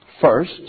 First